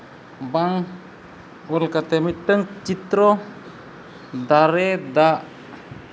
ᱵᱟᱝ ᱚᱞ ᱠᱟᱛᱮᱫ ᱢᱤᱫᱴᱟᱱ ᱪᱤᱛᱨᱚ ᱫᱚ ᱫᱟᱨᱮ ᱫᱟᱜ